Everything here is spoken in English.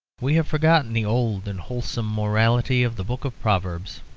we have forgotten the old and wholesome morality of the book of proverbs,